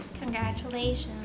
Congratulations